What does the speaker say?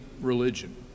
religion